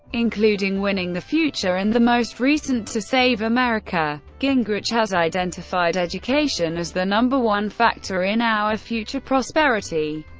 including winning the future, and the most recent, to save america. gingrich has identified education as the number one factor in our future prosperity,